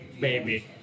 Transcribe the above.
baby